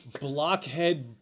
Blockhead